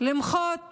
למחות